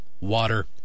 water